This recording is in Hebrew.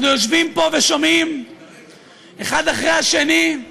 אנחנו יושבים פה ושומעים אחד אחרי השני את